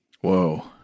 Whoa